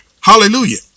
Hallelujah